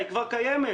היא כבר קיימת,